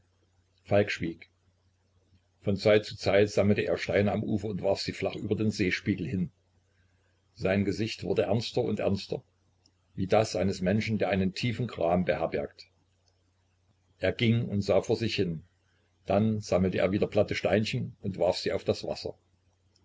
falk schwieg von zeit zu zeit sammelte er steine am ufer und warf sie flach über den seespiegel hin sein gesicht wurde ernster und ernster wie das eines menschen der einen tiefen gram beherbergt er ging und sah vor sich hin dann sammelte er wieder platte steinchen und warf sie auf das wasser